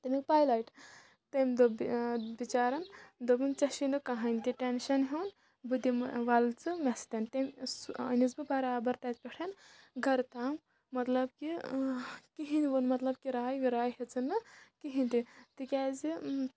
تَمیُک پایلایِٹ تَمہِ دوٚپ بِچارَن دوٚپُن ژےٚ چھُے نہٕ کَہانۍ تہِ ٹٮ۪نشَن ہیوٚن بہٕ دِمہٕ وَلہٕ ژٕ مےٚ سۭتۍ تَمہِ سُہ أنِس بہٕ بَرابَر تَتہِ پٮ۪ٹھ گَرٕ تام مطلب کہِ کِہیٖنۍ ووٚن مطلب کِراے وِراے ہیٚژٕن نہٕ کِہیٖنۍ تہِ تِکیٛازِ